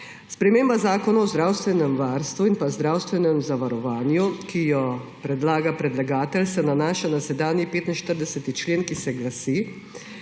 Sprememba Zakona o zdravstvenem varstvu in zdravstvenem zavarovanju, ki jo predlaga predlagatelj, se nanaša na sedanji 45. člen, ki se glasi: